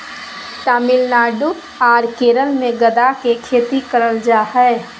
तमिलनाडु आर केरल मे गदा के खेती करल जा हय